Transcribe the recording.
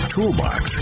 Toolbox